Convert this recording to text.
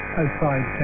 outside